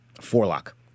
forelock